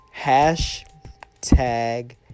hashtag